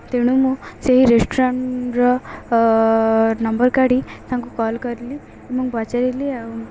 ତେଣୁ ମୁଁ ସେହି ରେଷ୍ଟୁରାଣ୍ଟ୍ର ନମ୍ବର୍ କାଢ଼ି ତାଙ୍କୁ କଲ୍ କରିଲି ଏବଂ ପଚାରିଲି ଆଉ